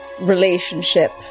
relationship